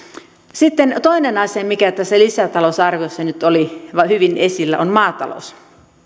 sitten toinen asia mikä tässä lisätalousarviossa nyt oli hyvin esillä on maatalous